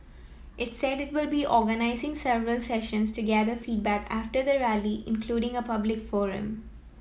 it said it will be organising several sessions to gather feedback after the Rally including a public forum